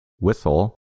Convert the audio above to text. whistle